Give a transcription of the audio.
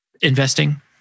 investing